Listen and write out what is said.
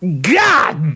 God